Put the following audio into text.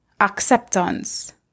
acceptance